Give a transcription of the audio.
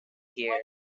here